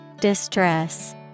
Distress